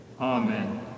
Amen